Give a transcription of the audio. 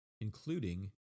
including